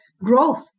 growth